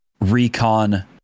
recon